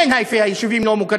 גם אין זמן, נגמר.